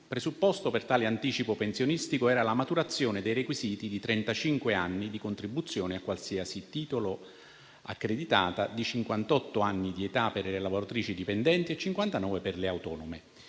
presupposto per tale anticipo pensionistico era la maturazione dei requisiti di trentacinque anni di contribuzione a qualsiasi titolo accreditata, di cinquantotto anni di età per le lavoratrici dipendenti e cinquantanove per le autonome.